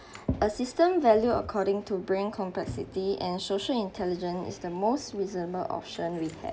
a system value according to brain complexity and social intelligence is the most reasonable option we had